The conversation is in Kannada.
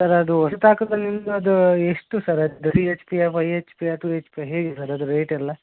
ಸರ್ ಅದು ಹೊಸತು ಹಾಕುವುದ್ರಿಂದ ಅದು ಎಷ್ಟು ಸರ್ ಅದು ತ್ರೀ ಎಚ್ ಪಿಯ ಫೈಯ್ ಎಚ್ ಪಿಯ ಟೂ ಎಚ್ ಪಿಯ ಹೇಗೆ ಸರ್ ಅದು ರೇಟೆಲ್ಲ